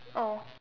oh